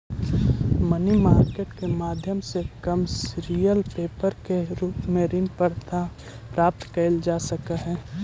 money market के माध्यम से कमर्शियल पेपर के रूप में ऋण प्राप्त कईल जा सकऽ हई